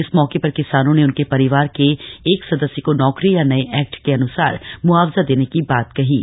इस मौके पर किसानों ने उनके परिवार के एक सदस्य को नौकरी या नये एक्ट के अन्सार म्आवजा देने की बात कही गई